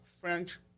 French